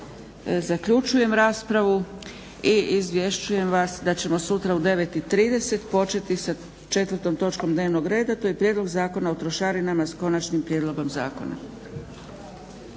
Zaključujem raspravu i izvješćujem vas da ćemo sutra u 9,30 početi sa 4.točkom dnevnog reda, to je Prijedlog zakona o trošarinama s Konačnim prijedlogom Zakona.